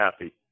happy